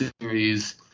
series